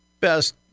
best